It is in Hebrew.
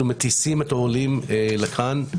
אנחנו מטיסים את העולים לכאן,